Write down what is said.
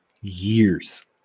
years